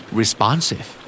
responsive